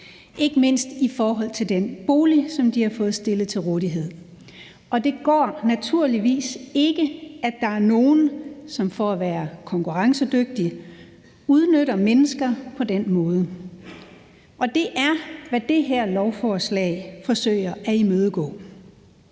ikke mindst i forhold til den bolig, som de har fået stillet til rådighed. Det går naturligvis ikke, at der er nogle, som for at være konkurrencedygtige udnytter mennesker på den måde, og det er det, som dette lovforslag forsøger at imødegå.